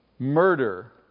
murder